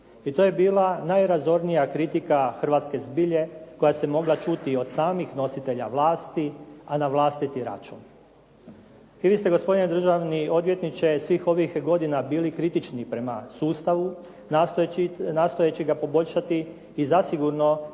I to je bila najrazornija kritika hrvatske zbilje koja se mogla čuti od samih nositelja vlasti a na vlastiti račun. I vi ste gospodine državni odvjetniče svih ovih godina bili kritični prema sustavu, nastojeći ga poboljšati i zasigurno